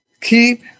Keep